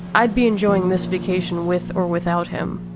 i'd be enjoying this vacation with or without him.